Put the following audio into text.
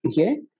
okay